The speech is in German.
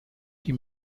die